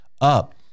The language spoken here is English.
up